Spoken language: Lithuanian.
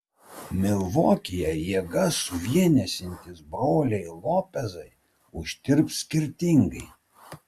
milvokyje jėgas suvienysiantys broliai lopezai uždirbs skirtingai